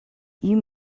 you